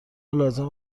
لازم